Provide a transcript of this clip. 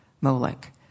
Molech